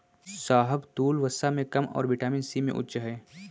शाहबलूत, वसा में कम और विटामिन सी में उच्च है